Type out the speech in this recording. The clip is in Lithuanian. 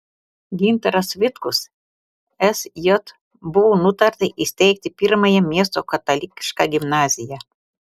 gintaras vitkus sj buvo nutarta įsteigti pirmąją miesto katalikišką gimnaziją